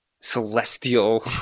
celestial